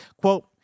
Quote